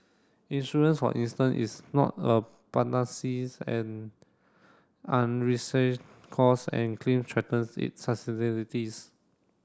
insurance for instance is not a and costs and claim threaten its